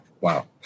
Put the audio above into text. Wow